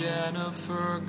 Jennifer